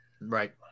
Right